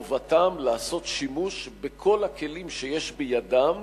חובתם לעשות שימוש בכל הכלים שיש בידם